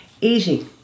Easy